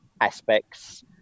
aspects